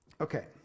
Okay